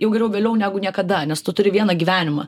jau geriau vėliau negu niekada nes tu turi vieną gyvenimą